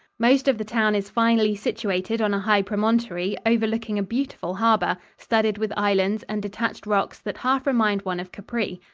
most of the town is finely situated on a high promontory overlooking a beautiful harbor, studded with islands and detached rocks that half remind one of capri.